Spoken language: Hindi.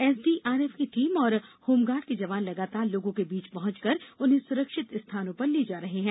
एसडीआरएफ की टीम और होमगार्ड के जवान लगातार लोगों के बीच पहुंचकर उन्हें सुरक्षित स्थानों पर ले जा रहे है